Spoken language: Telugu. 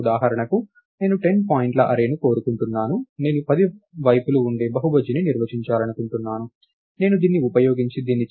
ఉదాహరణకు నేను 10 పాయింట్ల అర్రేని కోరుకుంటున్నాను నేను 10 వైపులు ఉండే బహుభుజిని నిర్వచించాలనుకుంటున్నాను నేను దీన్ని ఉపయోగించి దీన్ని చేయగలను